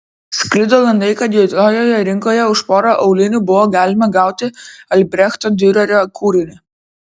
sklido gandai kad juodojoje rinkoje už porą aulinių buvo galima gauti albrechto diurerio kūrinį